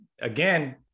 Again